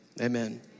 Amen